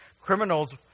Criminals